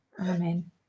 Amen